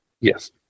Yes